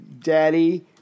daddy